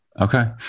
Okay